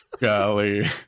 Golly